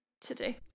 today